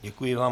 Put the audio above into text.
Děkuji vám.